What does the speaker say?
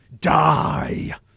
die